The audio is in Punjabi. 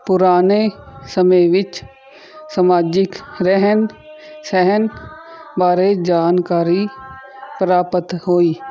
ਪੁਰਾਣੇ ਸਮੇਂ ਵਿੱਚ ਸਮਾਜਿਕ ਰਹਿਣ ਸਹਿਣ ਬਾਰੇ ਜਾਣਕਾਰੀ ਪ੍ਰਾਪਤ ਹੋਈ